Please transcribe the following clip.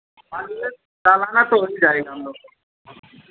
मान लीजिए सालाना कोर्स चाहिए था हम लोग को